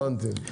הבנתי,